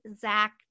Zach